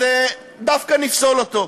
אז דווקא נפסול אותו.